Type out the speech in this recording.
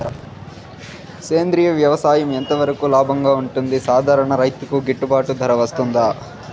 సేంద్రియ వ్యవసాయం ఎంత వరకు లాభంగా ఉంటుంది, సాధారణ రైతుకు గిట్టుబాటు ధర వస్తుందా?